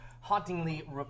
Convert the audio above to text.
hauntingly